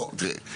בוא, תראה.